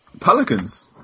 Pelicans